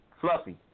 Fluffy